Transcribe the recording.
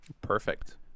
Perfect